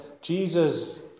Jesus